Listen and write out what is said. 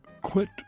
quit